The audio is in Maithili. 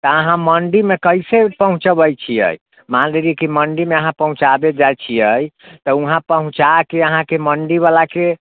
तऽ अहाँ मण्डीमे कैसे पहुँचाबै छियै मानि लेलियै कि मण्डीमे अहाँ पहुँचाबै जाइ छियै तऽ वहाँ पहुँचाके अहाँके मण्डीवलाके